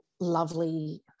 lovely